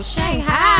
Shanghai